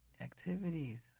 Activities